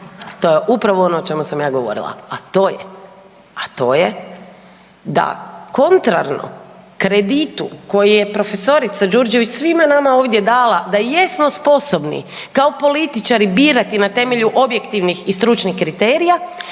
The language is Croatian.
to je upravo ono o čemu sam ja govorila, a to je, a to je da kontrarno kreditu koji je profesorica Đurđević svima nama ovdje dala da jesmo sposobni kao političari birati na temelju objektivnih i stručnih kriterija,